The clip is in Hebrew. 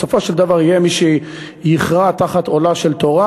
בסופו של דבר יהיה מי שיכרע תחת עולה של תורה